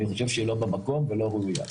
אני חושב שהיא לא במקום ולא ראויה.